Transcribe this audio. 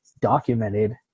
documented